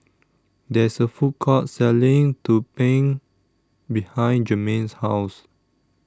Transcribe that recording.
There IS A Food Court Selling Tumpeng behind Germaine's House